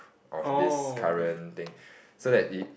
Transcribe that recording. of this current thing so that it